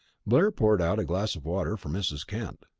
blair poured out a glass of water for mrs. kent.